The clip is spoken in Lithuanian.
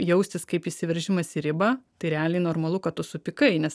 jaustis kaip įsiveržimas į ribą tai realiai normalu kad tu supykai nes